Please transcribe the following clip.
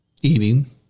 eating